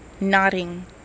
nodding